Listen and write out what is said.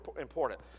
important